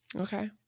Okay